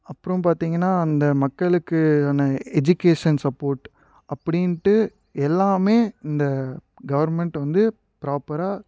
அப்புறம் பார்த்தீங்கன்னா அந்த மக்களுக்கான எஜுகேஷன் சப்போர்ட் அப்படின்ட்டு எல்லாமே இந்த கவர்மெண்ட் வந்து ப்ராப்பராக